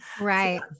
right